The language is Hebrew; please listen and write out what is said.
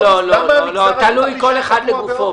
לא, כל אחד לגופו.